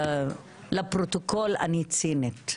לפרוטוקול, אני צינית.